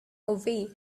away